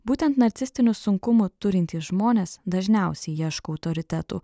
būtent narcisistinių sunkumų turintys žmonės dažniausiai ieško autoritetų